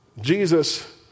Jesus